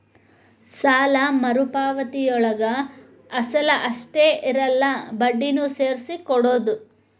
ಸಾಲ ಮರುಪಾವತಿಯೊಳಗ ಅಸಲ ಅಷ್ಟ ಇರಲ್ಲ ಬಡ್ಡಿನೂ ಸೇರ್ಸಿ ಕೊಡೋದ್